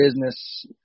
business